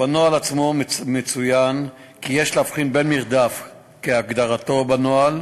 בנוהל עצמו מצוין כי יש להבחין בין מרדף כהגדרתו בנוהל